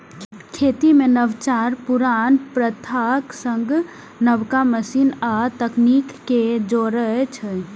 खेती मे नवाचार पुरान प्रथाक संग नबका मशीन आ तकनीक कें जोड़ै छै